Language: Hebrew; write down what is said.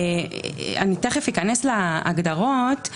תיכף אני אכנס להגדרות.